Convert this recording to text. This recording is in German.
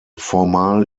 formal